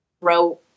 row